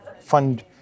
fund